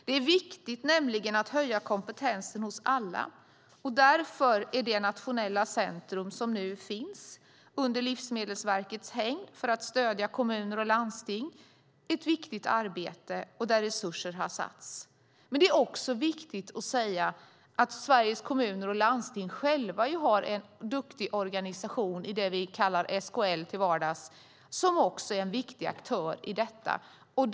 Det är nämligen viktigt att höja kompetensen hos alla, och därför är det nationella centrum som nu finns i Livsmedelsverkets hägn för att stödja kommuner och landsting viktigt, och där har resurser tillförts. Det är också viktigt att säga att Sveriges kommuner och landsting själva har en duktig organisation i det vi till vardags kallar SKL och som är en viktig aktör när det gäller detta.